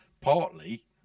partly